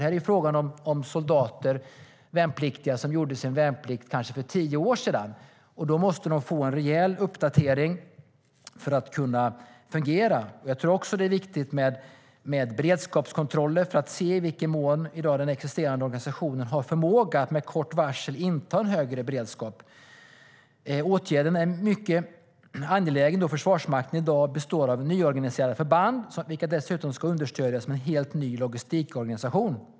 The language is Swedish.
Detta handlar om soldater som gjorde sin värnplikt kanske för tio år sedan, och de måste få en rejäl uppdatering för att kunna fungera. Det är också viktigt med beredskapskontroller för att se i vilken mån den redan existerande organisationen har förmåga att med kort varsel inta en högre beredskap. Åtgärden är mycket angelägen då Försvarsmakten i dag består av nyorganiserade förband vilka dessutom ska understödjas med en helt ny logistikorganisation.